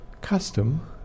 custom